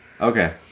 Okay